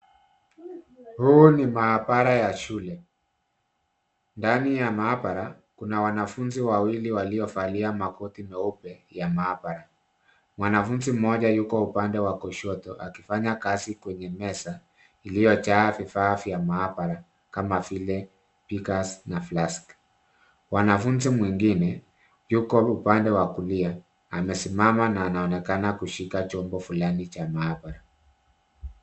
Huu ni maabara ya shule. Ndani ya maabara, kuna wanafunzi wawili waliovalia makoti meupe ya maabara. Mwanafunzi mmoja yuko upande wa kushoto akifanya kazi kwenye meza iliyojaa vifaa vya maabara kama vile beakers na flask . Mwanafunzi mwingine, yuko upande wa kulia, amesimama na anaonekana kushika chombo fulani cha maabara.